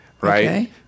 right